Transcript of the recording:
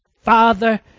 Father